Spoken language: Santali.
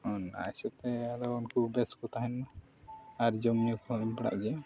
ᱚᱱᱟ ᱦᱤᱥᱟᱹᱵᱽ ᱛᱮ ᱩᱱᱠᱩ ᱵᱮᱥ ᱠᱚ ᱛᱟᱦᱮᱱ ᱢᱟ ᱟᱨ ᱡᱚᱢᱼᱧᱩ ᱠᱚᱦᱚᱸ ᱮᱢ ᱵᱟᱲᱟᱜ ᱜᱮ